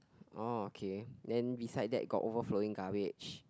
okay then beside that got overflowing garbage